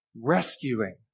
Rescuing